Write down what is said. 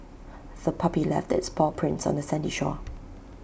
the puppy left its paw prints on the sandy shore